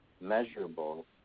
measurable